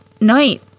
night